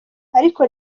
ariko